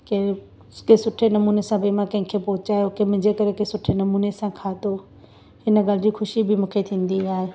की की सुठे नमूने सां भई मां कंहिंखे पहुचायो की मुंहिंजे करे के सुठे नमूने सां खाधो हिन ॻाल्हि जी ख़ुशी बि मूंखे थींदी आहे